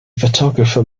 photographer